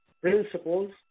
principles